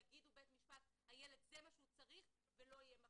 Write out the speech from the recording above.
יגידו בבית משפט שזה מה שצריך הילד ולא יהיה מקום.